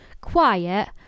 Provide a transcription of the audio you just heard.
quiet